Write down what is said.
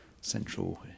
central